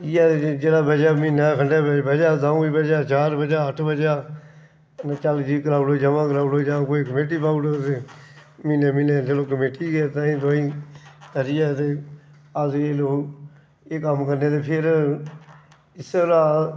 इ'यै जेह्ड़ा बचेआ म्हीनें खंडेै बचेआ द'ऊं बचेआ चार बचेआ अट्ठ बचेआ चल जी कराई ओड़ेआ जमा जमा कराई ओड़ो जां कोई कमेटी पाई ओड़ो तुस म्हीनै म्हीनै चलो कमेटी गै ताहीं तुहाईं करियै ते अस एह् लोक एह् कम्म करने ते फिर इस्सै परा